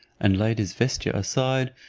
and laid his vesture aside,